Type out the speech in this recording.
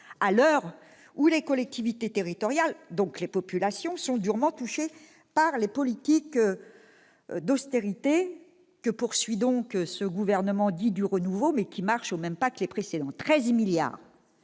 à l'heure où les collectivités territoriales, par conséquent les populations, sont durement touchées par les politiques d'austérité de ce gouvernement dit « du renouveau », mais qui marche au même pas que les précédents. Je rappelle